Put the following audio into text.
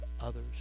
others